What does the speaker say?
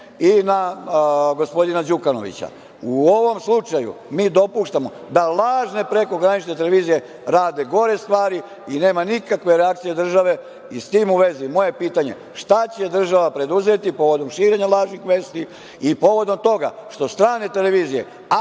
i na gospodina Đukanovića.U ovom slučaju mi dopuštamo da lažne prekogranične televizije rade gore stvari i nema nikakve reakcije države i s tim u vezi moje pitanje - šta će država preduzeti povodom širenja lažnih vesti i povodom toga što strane televizije